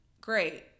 Great